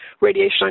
radiation